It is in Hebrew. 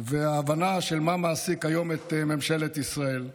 וההבנה של מה מעסיק היום את ממשלת ישראל.